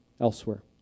elsewhere